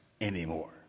anymore